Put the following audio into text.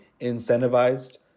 Incentivized